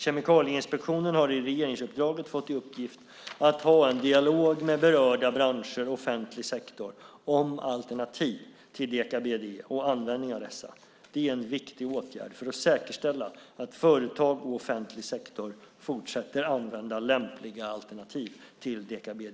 Kemikalieinspektionen har i regeringsuppdraget fått i uppgift att ha en dialog med berörda branscher och offentlig sektor om alternativ till deka-BDE och användningen av dessa. Det är en viktig åtgärd för att säkerställa att företag och offentlig sektor fortsätter använda lämpliga alternativ till deka-BDE.